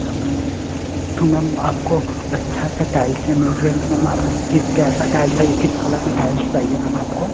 अच्छा मैम तो मैम आपको अच्छा अच्छा टाइल्सें मिल जाएंगी मैम आपको किस कैसा टाइल्स चाहिए किस कलर में टाइल्स चाहिए मैम आपको